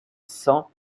cent